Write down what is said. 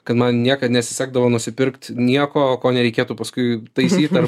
kad man niekad nesisekdavo nusipirkt nieko ko nereikėtų paskui taisyt ar